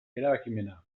erabakimena